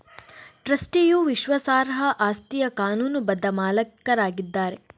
ಟ್ರಸ್ಟಿಯು ವಿಶ್ವಾಸಾರ್ಹ ಆಸ್ತಿಯ ಕಾನೂನುಬದ್ಧ ಮಾಲೀಕರಾಗಿದ್ದಾರೆ